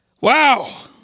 Wow